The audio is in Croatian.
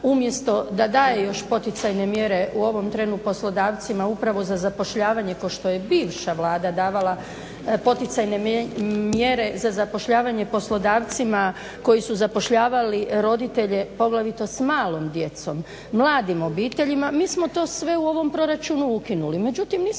da daje još poticajne mjere u ovom trenu poslodavcima upravo za zapošljavanje kao što je bivša vlada davala poticajne mjere za zapošljavanje poslodavcima koji su zapošljavali roditelje poglavito sa malom djeco, mladim obiteljima, mi smo to sve u ovom proračunu ukinuli.